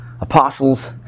apostles